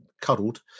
cuddled